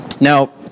Now